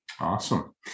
Awesome